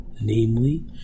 namely